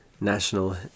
national